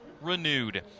renewed